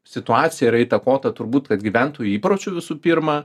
situacija yra įtakota turbūt kad gyventojų įpročių visų pirma